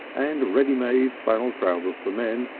and ready-made flannel trousers for men,